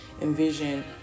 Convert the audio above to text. envision